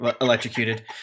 electrocuted